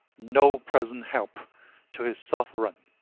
no present help to his sovereign,